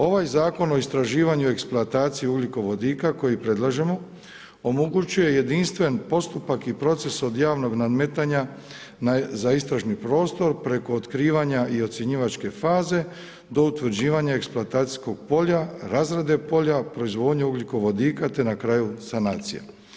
Ovaj Zakon o istraživanju i eksploataciji ugljikovodika koji predlažemo, omogućuje jedinstven postupak i proces od javnog nadmetanja za istražni prostor preko otkrivanja i ocjenjivačke faze do utvrđivanja eksploatacijskog polja, razrade polja, proizvodnje ugljikovodika te na kraju sanacije.